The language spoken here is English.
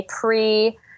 pre